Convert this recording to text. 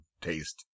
taste